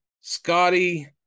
Scotty